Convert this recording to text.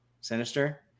sinister